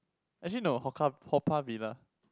actually no Haw~ Haw-Par-Villa